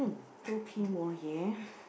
more here